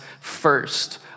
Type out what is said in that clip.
first